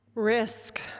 risk